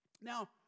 Now